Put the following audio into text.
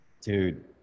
Dude